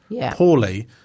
poorly